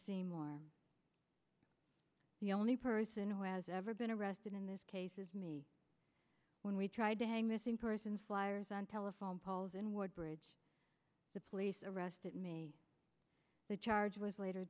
seymour the only person who has ever been arrested in this case is me when we tried to hang missing persons fliers on telephone poles in woodbridge the police arrested me the charge was later